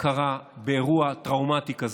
קרה באירוע טראומטי כזה,